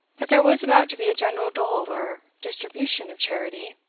that there was about to be a general dole or distribution of charity.